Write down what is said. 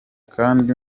kandi